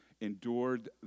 endured